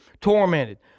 tormented